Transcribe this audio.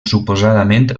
suposadament